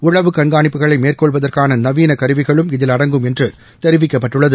உளவு கண்காணிப்புகளை மேற்கொள்வதற்கான நவீன கருவிகளும் இதில் அடங்கும் என்று தெரிவிக்கப்பட்டுள்ளது